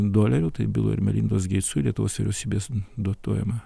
dolerių tai bilo ir melindos geicų lietuvos vyriausybės dotuojama